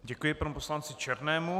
Děkuji panu poslanci Černému.